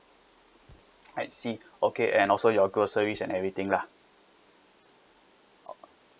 I see okay and also your groceries and everything lah ok